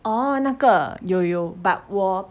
orh 那个有有 you but 我